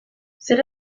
zer